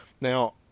now